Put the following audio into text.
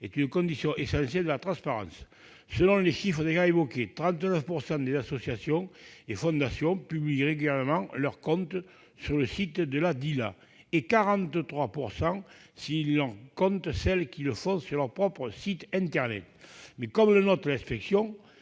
est une condition essentielle de la transparence ». Selon les chiffres déjà évoqués, 39 % des associations et fondations publient régulièrement leurs comptes sur le site de la DILA et 43 % si l'on compte celles qui le font sur leur propre site internet. Néanmoins, comme le note l'IGAS,